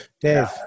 Dave